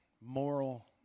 Moral